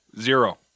Zero